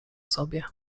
sobie